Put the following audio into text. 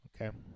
Okay